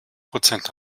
prozent